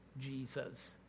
Jesus